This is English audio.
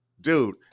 dude